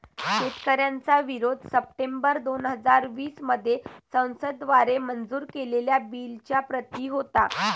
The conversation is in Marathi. शेतकऱ्यांचा विरोध सप्टेंबर दोन हजार वीस मध्ये संसद द्वारे मंजूर केलेल्या बिलच्या प्रति होता